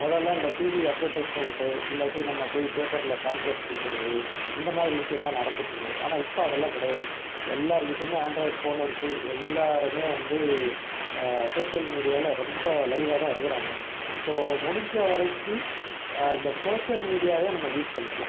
மொதலில் இந்த TV advertisement இல்லாட்டி நம்ம போய் பேப்பரில் பேம்ப்லெட் கொடுக்கிறது இந்தமாதிரி விஷயம் தான் நடந்துகிட்ருந்துது ஆனால் இப்போ அதெல்லாம் கிடையாது எல்லார்கிட்டையுமே ஆண்ட்ராய்டு ஃபோன் இருக்குது எல்லோருமே வந்து சோஷியல் சோஷியல் மீடியாவில் ரொம்ப லைவ்வாக தான் இருக்கிறாங்க ஸோ முடிஞ்சவரைக்கு இந்த சோஷியல் மீடியாவேயே நம்ம யூஸ் பண்ணிக்கலாம்